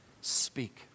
Speak